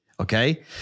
Okay